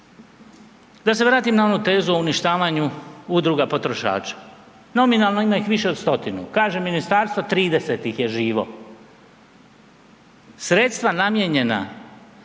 Da se vratim na onu tezu o uništavanju udruga potrošača. Nominalno ima ih više od stotinu, kaže ministarstvo 30 ih je živo, sredstva namijenjena